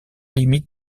limite